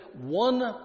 one